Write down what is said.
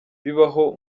bibaho